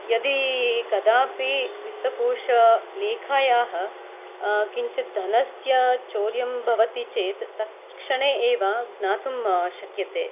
यदि कदापि वित्तकोशलेखायाः किञ्चित् धनस्य चौर्यं भवति चेत् तत्क्षणे एव ज्ञातुं शक्यते